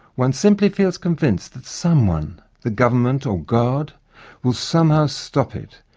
one simply feels convinced that someone the government or god will somehow stop it,